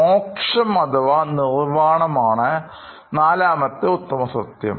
മോക്ഷം അഥവാ നിർവ്വാണംഅതാണ് നാലാമത്തെ ഉത്തമസത്യം